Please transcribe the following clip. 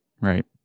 Right